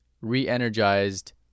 re-energized